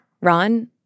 Ron